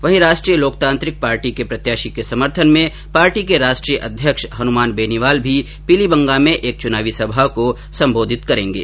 वहीं राष्ट्रीय लोकतान्त्रिक पार्टी के प्रत्याशी के समर्थन में पार्टी के राष्ट्रीय अध्यक्ष हनुमान बेनीवाल भी पीलीबंगा में एक च्नावी जनसभा को संबोधित करेंगे